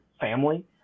family